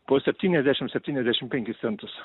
po septyniasdešim septyniasdešim penkis centus